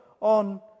on